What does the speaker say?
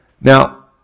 Now